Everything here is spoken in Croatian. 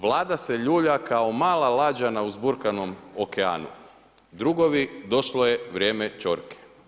Vlada se ljulja kao mala lađa na uzburkanom okeanu, drugovi došlo je vrijeme ćorke.